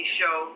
show